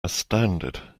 astounded